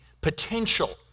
potential